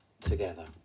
together